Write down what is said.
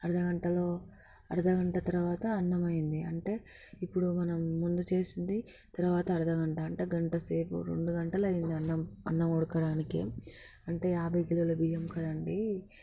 అర్థగంటలో అర్ధ గంట తర్వాత అన్నం అయ్యింది అంటే ఇప్పుడు మనం ముందు చేసింది తర్వాత అర్థగంట అంటే గంటసేపు రెండు గంటలు అయ్యింది అన్నం అన్నం ఉడకడానికి అంటే యాభై కిలోల బియ్యం కదా అండి